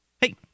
Hey